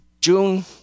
June